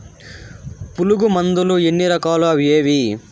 పులుగు మందులు ఎన్ని రకాలు అవి ఏవి?